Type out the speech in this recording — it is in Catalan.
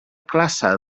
classe